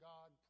God